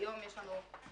היום יש לנו חברה